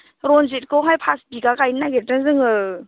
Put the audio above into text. रन्जितखौहाय फास बिघा गायनो नागिरदों जोङो